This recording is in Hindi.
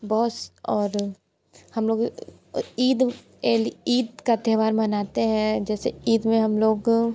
बहुत और हमलोग ईद ईद का त्योहार मनाते हैं जैसे ईद में हमलोग